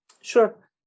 Sure